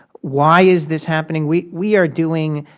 why is this happening? we we are doing,